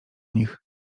nich